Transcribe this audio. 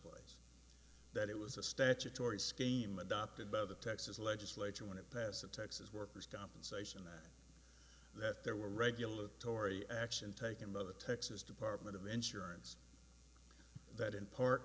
place that it was a statutory scheme adopted by the texas legislature when it passed the texas workers compensation that that there were regulatory action taken by the texas department of insurance that in par